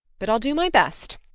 but i'll do my best.